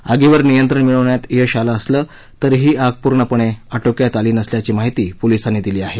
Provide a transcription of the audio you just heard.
आगीवर नियंत्रण मिळवण्यात यश आलं असलं तरीही आग संपूर्णपणे आटोक्यात आली नसल्याची माहिती पोलीसांनी दिली आहे